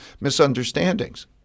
misunderstandings